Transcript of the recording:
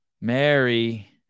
Mary